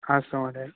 अस्तु महोदय